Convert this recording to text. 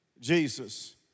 Jesus